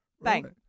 bang